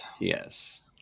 Yes